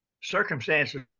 circumstances